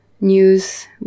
news